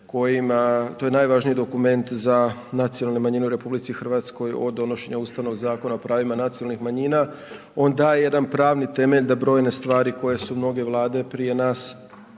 kojim, to je najvažniji dokument za nacionalne manjine u RH od donošenja Ustavnog zakona o pravima nacionalnih manjima, on daje jedan pravni temelj da brojne stvari koje su mnoge Vlade prije nas